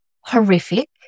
horrific